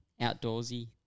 outdoorsy